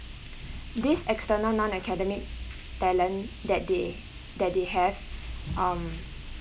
these external non academic talent that they that they have um